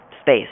space